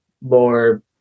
more